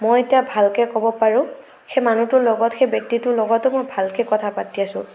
মই এতিয়া ভালকে ক'ব পাৰোঁ সেই মানুহটোৰ লগত সেই ব্যক্তিটোৰ লগতো মই ভালকে কথা পাতি আছোঁ